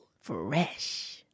Fresh